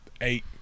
eight